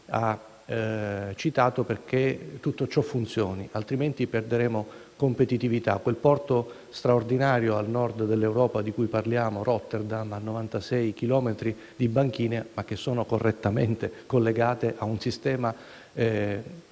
ha citato, perché tutto ciò funzioni; altrimenti perderemo competitività. Quel porto straordinario del Nord Europa di cui parliamo, Rotterdam, ha 96 chilometri di banchine, che sono correttamente collegate a un sistema